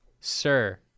sir